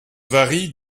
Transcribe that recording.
varie